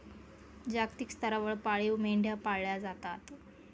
जागतिक स्तरावर पाळीव मेंढ्या पाळल्या जातात